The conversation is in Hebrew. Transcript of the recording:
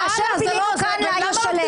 כאשר בילינו כאן לילה שלם.